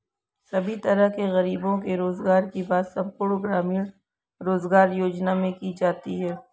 सभी तरह के गरीबों के रोजगार की बात संपूर्ण ग्रामीण रोजगार योजना में की जाती है